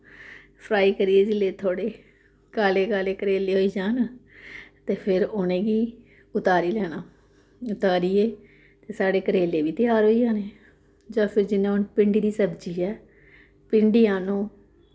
fry करियै जिसलै थोह्ड़े काले काले करेले होई जाह्न ते फिर उ'नेंगी उतारी लैना उतारियै साढ़े करेले बी त्यार होई जाने जां फिर हून जि'यां भिंडी दी सब्जी ऐ भिंडियां नू